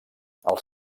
els